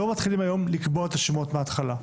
לא מתחילים לקבוע היום את השמות מהתחלה,